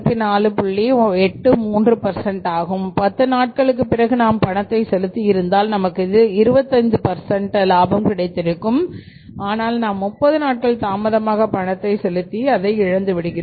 83 பத்து நாட்களுக்கு பிறகு நாம் பணத்தை செலுத்தி இருந்தால் நமக்கு 25 லாபம் கிடைத்திருக்கும் ஆனால் நாம் 30 நாட்கள் தாமதமாக பணத்தை செலுத்தி அதை இழந்து விடுகிறோம்